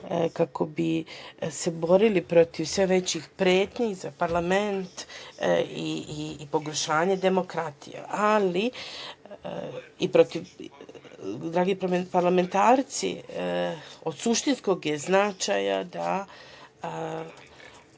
kako bi se borili protiv sve većih pretnji za parlament i pogoršanja demokratije. Dragi parlamentarci, od suštinskog je značaja da